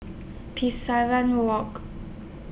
Walk